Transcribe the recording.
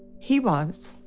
he was.